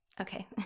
Okay